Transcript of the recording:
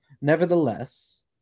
nevertheless